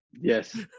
yes